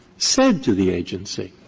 said to the agency,